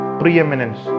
preeminence